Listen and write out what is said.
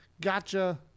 gotcha